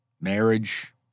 marriage